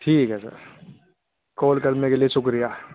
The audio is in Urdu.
ٹھیک ہے سر کال کرنے کے لیے شکریہ